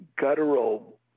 guttural